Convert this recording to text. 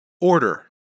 order